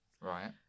Right